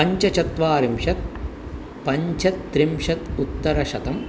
पञ्चचत्वारिंशत् पञ्चत्रिंशत् उत्तरशतम्